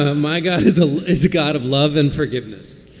ah my god is ah is the god of love and forgiveness